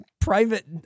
private